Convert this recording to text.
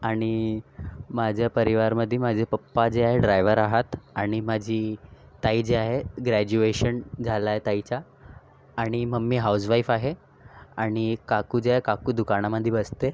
आणि माझ्या परिवारमध्ये माझे पप्पा जे आहेत ते ड्रायव्हर आहात आणि माझी ताई जी आहे ग्रॅजुवेशन झालं आहे ताईचं आणि मम्मी हाऊज वाईफ आहे आणि काकू जे आहे काकू दुकानामध्ये बसते